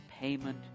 payment